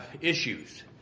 issues